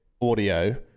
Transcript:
audio